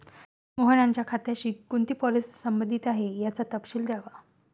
मोहन यांच्या खात्याशी कोणती पॉलिसी संबंधित आहे, याचा तपशील द्यावा